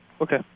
Okay